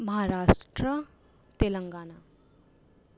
Maharashtra Telangana